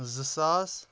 زٕ ساس